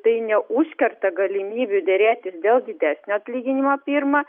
tai neužkerta galimybių derėtis dėl didesnio atlyginimo pirma